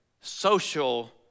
social